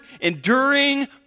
enduring